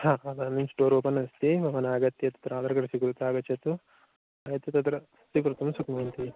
ह ह इदानीं स्टोर् ओपेन् अस्ति भवानागत्य तत्र आधार् कार्ड् स्वीकृत्य आगच्छतु अत्र त्र स्विकर्तुं शक्नुवन्ति